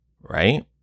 right